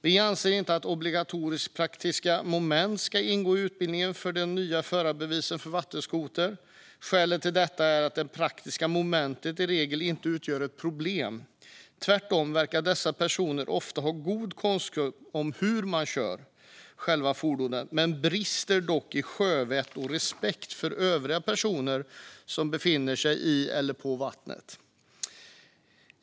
Vi anser inte att obligatoriska praktiska moment ska ingå i utbildningen för det nya förarbeviset för vattenskoter. Ett skäl till detta är att de praktiska momenten i regel inte utgör ett problem. Tvärtom verkar dessa personer ofta ha god kunskap om hur man kör själva fordonet. Man brister dock i sjövett och respekt för övriga personer som befinner sig i eller på vattnet.